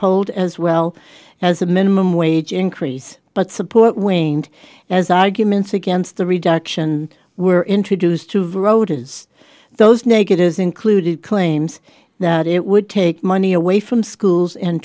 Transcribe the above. polled as well as a minimum wage increase but support winged as arguments against the reduction were introduced to the road is those negatives included claims that it would take money away from schools and